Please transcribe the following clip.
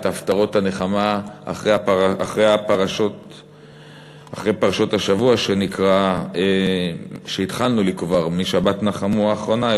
הפטרות הנחמה אחרי פרשות השבוע שהתחלנו לקרוא מ"שבת נחמו" האחרונה,